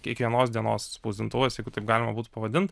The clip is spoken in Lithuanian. kiekvienos dienos spausdintuvas jeigu taip galima būtų pavadint